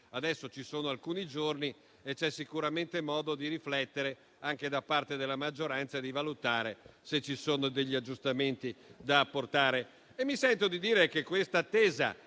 Avremo alcuni giorni e sicuramente ci sarà modo di riflettere, anche da parte della maggioranza, e valutare se ci sono degli aggiustamenti da apportare.